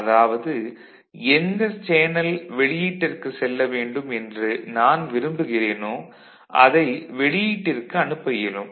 அதாவது எந்த சேனல் வெளியீட்டிற்குச் செல்ல வேண்டும் என்று நான் விரும்புகிறேனோ அதை வெளியீட்டிற்கு அனுப்ப இயலும்